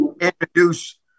introduce